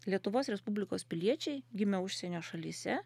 lietuvos respublikos piliečiai gimę užsienio šalyse